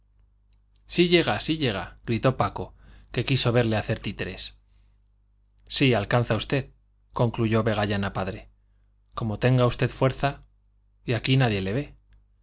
sí llega sí llega gritó paco que quiso verle hacer títeres sí alcanza usted concluyó vegallana padre como tenga usted fuerza y aquí nadie le ve